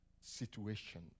situation